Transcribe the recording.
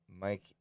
Mike